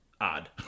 odd